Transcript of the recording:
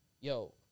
yo